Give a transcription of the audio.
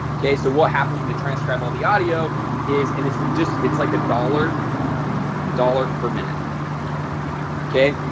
okay, so what happens when the transcribe all the audio is and it's just it's like a dollar dollar per minute okay.